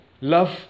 Love